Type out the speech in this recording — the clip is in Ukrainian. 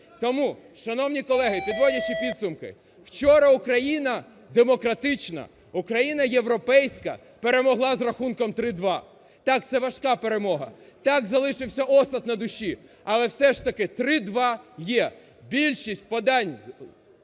Тому, шановні колеги, підводячи підсумки, вчора Україна демократична, Україна європейська перемогла з рахунком 3:2. Так, це важка перемога, так, залишився осад на душі, але все ж таки 3:2 є. Більшість подань